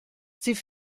sie